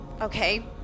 Okay